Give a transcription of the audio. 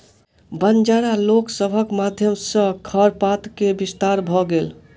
बंजारा लोक सभक माध्यम सॅ खरपात के विस्तार भ गेल